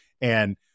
And-